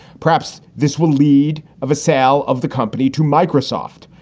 perhaps this will lead of a sale of the company to microsoft.